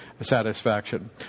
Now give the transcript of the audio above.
satisfaction